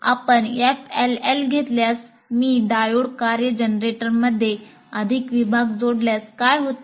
आपण FLL घेतल्यास मी डायो कार्य जनरेटरमध्ये अधिक विभाग जोडल्यास काय होते